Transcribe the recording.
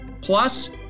Plus